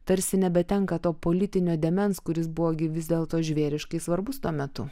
tarsi nebetenka to politinio dėmens kuris buvo gi vis dėlto žvėriškai svarbus tuo metu